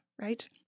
right